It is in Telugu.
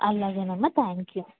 అలాగేనమ్మా థ్యాంక్యూ